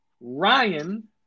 Ryan